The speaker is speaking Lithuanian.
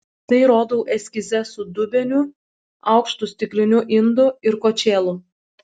tai rodau eskize su dubeniu aukštu stikliniu indu ir kočėlu